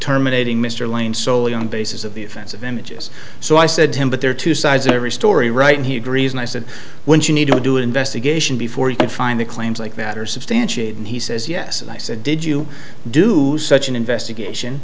terminating mr lane solely on the basis of the offensive images so i said to him but there are two sides to every story right he agrees and i said when you need to do an investigation before you can find the claims like that are substantiated and he says yes and i said did you do such an investigation